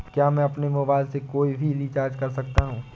क्या मैं अपने मोबाइल से कोई भी रिचार्ज कर सकता हूँ?